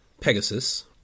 Pegasus